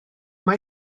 mae